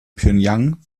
pjöngjang